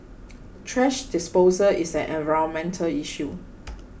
thrash disposal is an environmental issue